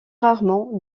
rarement